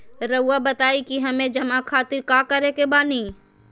रहुआ बताइं कि हमें जमा खातिर का करे के बानी?